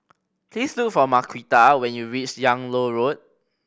please look for Marquita when you reach Yung Loh Road